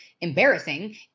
embarrassing